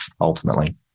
ultimately